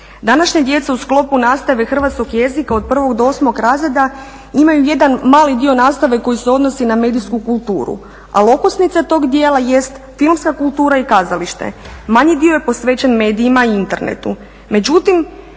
Današnja djeca u sklopu nastave hrvatskog jezika od 1. do 8. razreda imaju jedan mali dio nastave koji se odnosi na medijsku kulturu, ali okosnica tog dijela jest filmska kultura i kazalište. Manji dio je posvećen medijima i internetu.